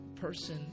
person